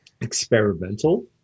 experimental